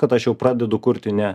kad aš jau pradedu kurti ne